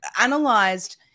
analyzed